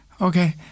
Okay